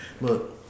Look